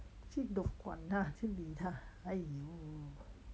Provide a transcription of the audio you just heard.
去 do~ 管他去理他 !aiyo!